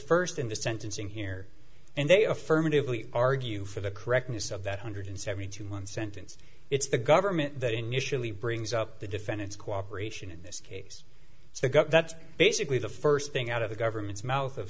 first in the sentencing here and they affirmatively argue for the correctness of that hundred seventy two month sentence it's the government that initially brings up the defendant's cooperation in this case so that's basically the first thing out of the government's mouth of